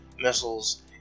missiles